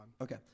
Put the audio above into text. Okay